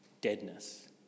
deadness